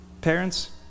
Parents